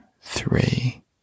Three